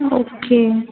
okay